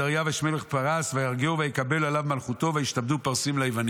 בדריוש מלך פרס ויהרגהו ויקבל עליו מלכותו וישתעבדו פרסיים ליוונים".